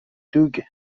دوگ